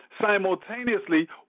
simultaneously